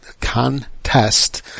contest